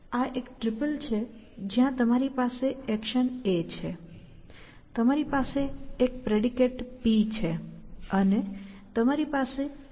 આ એક ટ્રિપલ છે જ્યાં તમારી પાસે એક્શન a છે તમારી પાસે એક પ્રેડિકેટ P છે અને તમારી પાસે એક્શન b છે